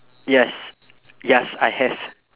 yes yes I have